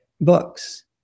books